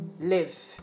live